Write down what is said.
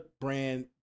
brand